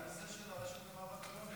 הנושא של הרשות למאבק בעוני.